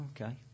okay